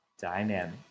dynamic